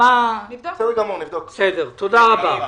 תודה רבה.